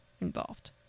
involved